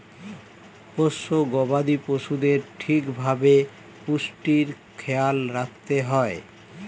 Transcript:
পোষ্য গবাদি পশুদের ঠিক ভাবে পুষ্টির খেয়াল রাখতে হয়